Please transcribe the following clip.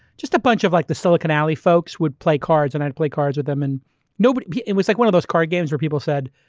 just a bunch of like the silicon alley folks would play cards and i'd play cards with them. and it was like one of those card games where people said,